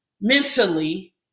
mentally